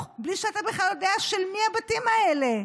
בלי שאתה בכלל יודע של מי הבתים האלה.